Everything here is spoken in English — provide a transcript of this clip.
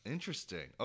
Interesting